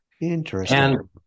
Interesting